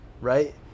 right